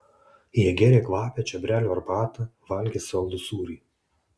jie gėrė kvapią čiobrelių arbatą valgė saldų sūrį